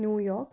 New York